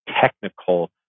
technical